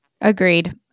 Agreed